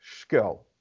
skill